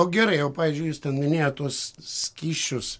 o gerai o pavyzdžiui jūs ten minėjot tuos skysčius